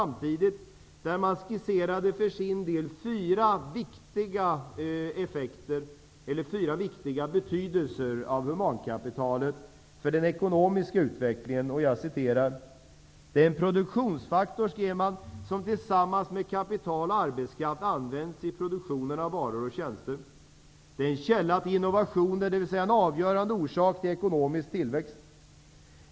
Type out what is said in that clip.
Man skisserade för sin del fyra viktiga betydelser som humankapitalet har för den ekonomiska utvecklingen. Kommissionen skrev: Denna produktionsfaktor, som tillsammans med kapital och arbete används i produktionen av varor och tjänster, är en källa till innovation, dvs. en avgörande orsak till ekonomisk tillväxt.